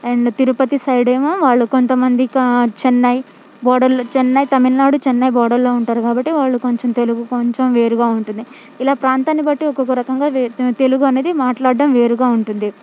and Tirupati side ఏమో వాళ్ళు కొంతమంది కా చెన్నై బోర్డర్లు చెన్నై తమిళనాడు చెన్నై బోర్డర్లో ఉంటారు కాబట్టి వాళ్ళు కొంచెం తెలుగు కొంచెం వేరుగా ఉంటుంది ఇలా ప్రాంతాన్ని బట్టి ఒక్కొక్క రకంగా వే తెలుగు అనేది మాట్లాడ్డం వేరుగా ఉంటుంది